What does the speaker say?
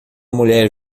mulher